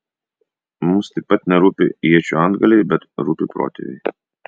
mums taip pat nerūpi iečių antgaliai bet rūpi protėviai